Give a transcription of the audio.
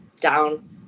down